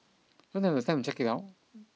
don't have the time to check it out